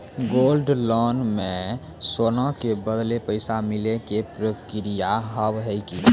Gold loan मे सोना के बदले पैसा मिले के प्रक्रिया हाव है की?